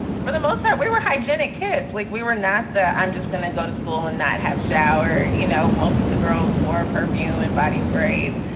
for the most part, we were hygenic kids like we were not that i'm just going to go to school and not have showered. you know, most of the girls wore perfume and body sprays,